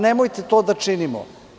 Nemojte to da činimo.